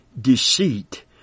deceit